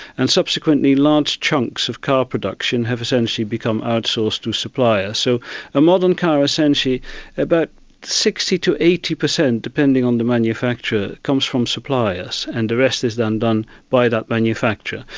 and subsequently large chunks of car production have essentially become outsourced to suppliers. so a modern car, essentially about sixty percent to eighty percent, depending on the manufacturer, comes from suppliers, and the rest is then done by that manufacturer.